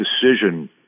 decision